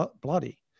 bloody